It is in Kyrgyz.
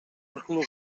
аркылуу